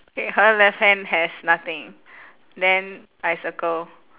K her left hand has nothing then I circle